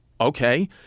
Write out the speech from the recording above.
okay